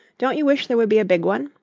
don't you wish there would be a big one?